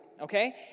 okay